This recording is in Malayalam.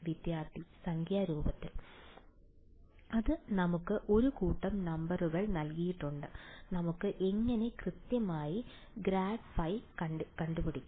വിദ്യാർത്ഥി സംഖ്യാ രൂപത്തിൽ അത് നമുക്ക് ഒരു കൂട്ടം നമ്പറുകൾ നൽകിയിട്ടുണ്ട് നമുക്ക് എങ്ങനെ കൃത്യമായി ഗ്രാഡ് ഫൈ ലഭിക്കും